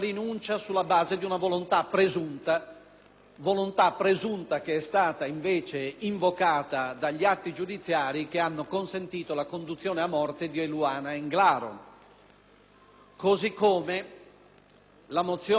volontà presunta, che è stata invece invocata dagli atti giudiziari che hanno consentito la conduzione a morte di Eluana Englaro. Quindi, la mozione del